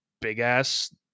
big-ass